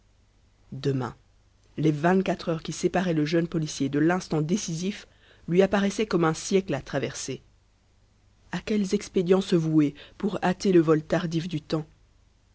demain les vingt-quatre heures qui séparaient le jeune policier de l'instant décisif lui apparaissaient comme un siècle à traverser à quels expédients se vouer pour hâter le vol tardif du temps